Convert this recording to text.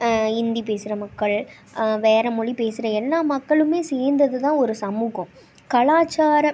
இந்தி பேசுகிற மக்கள் வேற மொழி பேசுகிற எல்லா மக்களும் சேர்ந்தது தான் ஒரு சமூகம் கலாச்சார